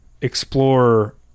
explore